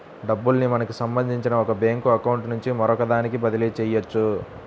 డబ్బుల్ని మనకి సంబంధించిన ఒక బ్యేంకు అకౌంట్ నుంచి మరొకదానికి బదిలీ చెయ్యొచ్చు